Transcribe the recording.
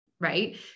right